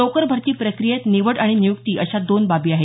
नोकर भरती प्रक्रियेत निवड आणि नियुक्ती अशा दोन बाबी आहेत